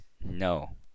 no